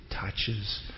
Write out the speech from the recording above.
touches